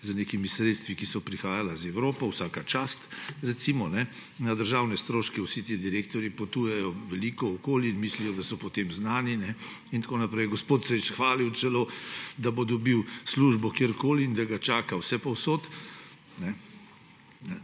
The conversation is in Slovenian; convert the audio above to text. z nekimi sredstvi, ki so prihajala iz Evrope – vsaka čast, recimo, kajne. Na državne stroške vsi ti direktorji potujejo veliko okoli in mislijo, da so potem znani in tako naprej. Gospod se je še hvalil celo, da bo dobil službo kjerkoli in da ga čaka vsepovsod.